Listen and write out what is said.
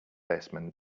baseman